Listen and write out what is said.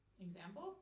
Example